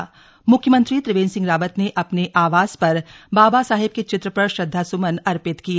म्ख्यमंत्री त्रिवेंद्र सिंह रावत ने अपने आवास पर बाबा साहेब के चित्र पर श्रद्वास्मन अर्पित किए